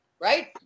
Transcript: right